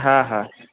হ্যাঁ হ্যাঁ